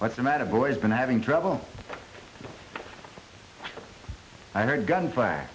what's the matter boys been having trouble i heard gunfire